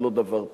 זה לא דבר פשוט.